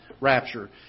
rapture